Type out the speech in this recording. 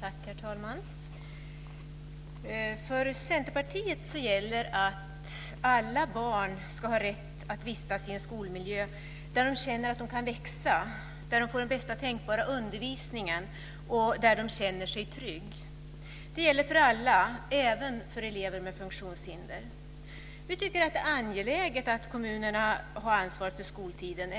Herr talman! För Centerpartiet gäller att alla barn ska ha rätt att vistas i en skolmiljö där de känner att de kan växa, där de får den bästa tänkbara undervisningen och där de känner sig trygga. Det gäller för alla, även för elever med funktionshinder. Vi tycker att det är angeläget att kommunerna har ansvaret för skoltiden